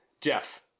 Jeff